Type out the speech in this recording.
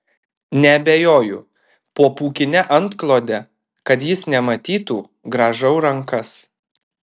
neabejoju po pūkine antklode kad jis nematytų grąžau rankas